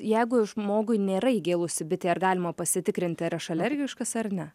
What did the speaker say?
jeigu žmogui nėra įgėlusi bitė ar galima pasitikrinti ar aš alergiškas ar ne